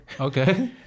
Okay